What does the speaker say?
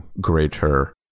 greater